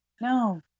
No